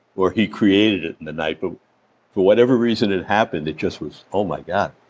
or he created it in the night. but for whatever reason it happened, it just was, oh my god.